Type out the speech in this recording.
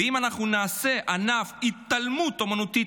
ואם אנחנו נעשה ענף התעלמות אומנותית